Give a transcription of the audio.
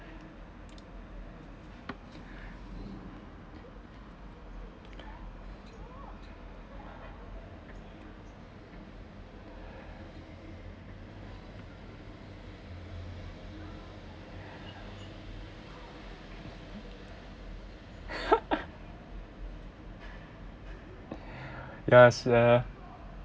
ya ya